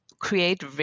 create